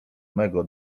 mego